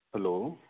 hello